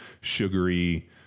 sugary